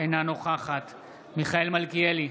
אינה נוכחת מיכאל מלכיאלי,